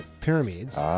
pyramids